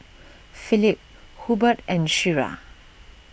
Phillip Hubbard and Shira